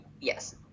yes